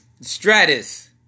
Stratus